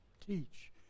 teach